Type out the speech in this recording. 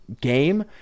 game